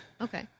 Okay